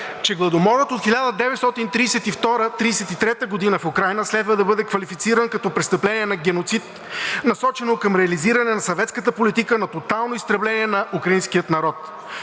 че Гладомора от 1932 – 1933 г. в Украйна следва да бъде квалифициран като престъпление на геноцид, насочено към реализиране на съветската политика на тотално изтребление на украинския народ.